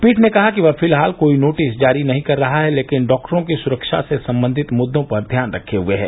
पीठ ने कहा कि वह फिलहाल कोई नोटिस जारी नहीं कर रहा है लेकिन डॉक्टरों की सुरक्षा से संबंधित मुद्रों पर ध्यान रखे हुए है